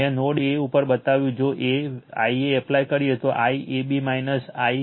મેં node A ઉપર બતાવ્યું કે જો Ia એપ્લાય કરીએ તો IAB ICA